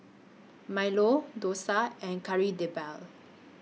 Milo Dosa and Kari Debal